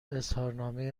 اظهارنامه